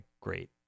great